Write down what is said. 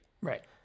Right